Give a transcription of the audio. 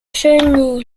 chenille